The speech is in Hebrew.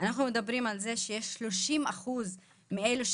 אם אנחנו צריכים לדבר על אספקת מזון,